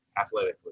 athletically